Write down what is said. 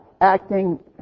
acting